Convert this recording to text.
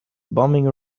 bumming